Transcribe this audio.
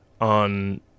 on